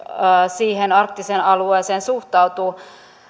siihen arktiseen alueeseen suhtautuu